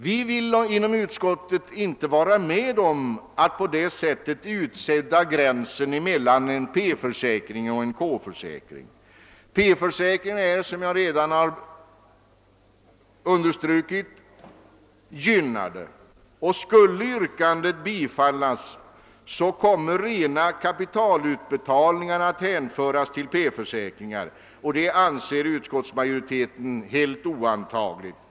Vi inom utskottet vill inte vara med om att på det sättet utsudda gränsen mellan en P-försäkring och en K-försäkring. P-försäkringarna är, som jag redan har understrukit, gynnade. Skulle förslaget genomföras, kommer rena kapitalutbetalningar att hänföras till P-försäkringar, och det anser utskottsmajoriteten helt oantagligt.